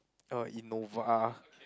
oh Innova